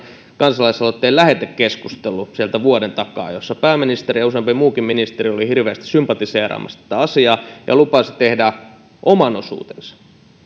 kansalaisaloitteen lähetekeskustelu sieltä vuoden takaa jossa pääministeri ja useampi muukin ministeri oli hirveästi sympatiseeraamassa tätä asiaa ja lupasi tehdä oman osuutensa no